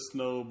Snow